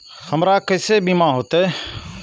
हमरा केसे बीमा होते?